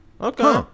Okay